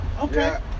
Okay